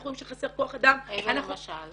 רואים שחסר כוח אדם -- איזה למשל?